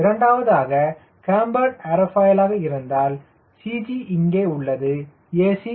இரண்டாவதாக கேம்பர்டு ஏர்ஃபாயிலாக இருந்தால் CG இங்கே உள்ளது a